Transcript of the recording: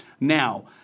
Now